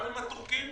גם עם הטורקים